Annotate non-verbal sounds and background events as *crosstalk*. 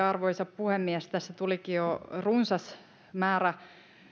*unintelligible* arvoisa puhemies tässä tulikin jo runsas määrä